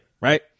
right